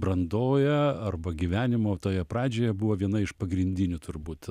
brandoje arba gyvenimo toje pradžioje buvo viena iš pagrindinių turbūt